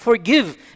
Forgive